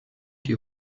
die